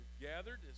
gathered